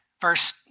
Verse